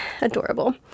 Adorable